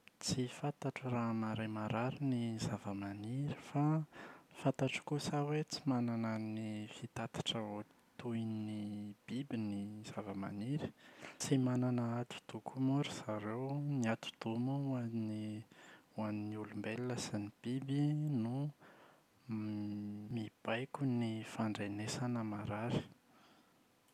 Tsy fantatro raha mahare maharary ny zavamaniry fa fantatro kosa hoe tsy manana ny fitatitra oha- toy ny biby ny zavamaniry. Tsy manana atidoha koa moa ry zareo, ny atidoha moa ho an’ny ho an’ny olombelona sy ny biby no mibaiko ny fandrenesana maharary.